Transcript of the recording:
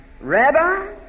rabbi